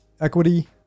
equity